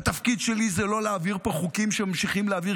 התפקיד שלי זה לא להעביר פה חוקים שממשיכים להעביר